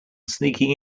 sneaking